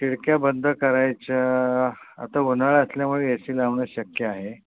खिडक्या बंद करायच्या आता उन्हाळा असल्यामुळे ए सी लावणं शक्य आहे